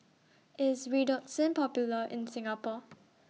IS Redoxon Popular in Singapore